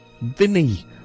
Vinny